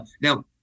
now